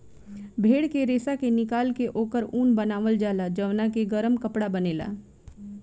भेड़ के रेशा के निकाल के ओकर ऊन बनावल जाला जवना के गरम कपड़ा बनेला